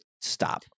stop